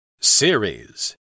Series